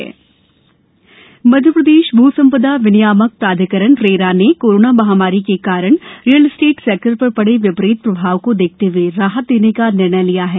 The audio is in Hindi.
रियल स्टेट मध्यप्रदेश भ्र संपदा विनियामक प्राधिकरण रेरा ने कोरोना महामारी के कारण रियल एस्टेट सेक्टर पर पड़े विपरीत प्रभाव को देखते हए राहत देने का निर्णय लिया है